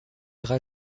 ira